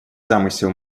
замысел